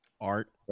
Art